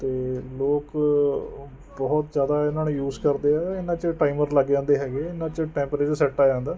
ਅਤੇ ਲੋਕ ਬਹੁਤ ਜ਼ਿਆਦਾ ਇਹਨਾਂ ਨੂੰ ਯੂਜ਼ ਕਰਦੇ ਆ ਇਹਨਾਂ 'ਚ ਟਾਈਮਰ ਲੱਗ ਜਾਂਦੇ ਹੈਗੇ ਇਹਨਾਂ 'ਚ ਟੈਂਪਰੇਚਰ ਸੈੱਟ ਆ ਜਾਂਦਾ